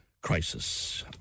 crisis